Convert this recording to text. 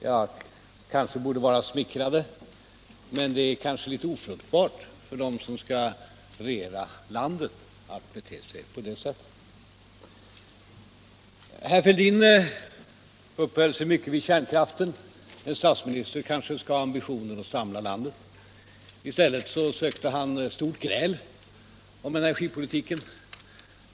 Vi kanske borde vara smickrade, men det är nog litet ofruktbart för dem som skall regera landet att bete sig på det sättet. Herr Fälldin uppehöll sig mycket vid kärnkraften. En statsminister kanske skall ha ambitionen att samla landet, men i stället sökte han stort gräl om energipolitiken.